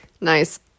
Nice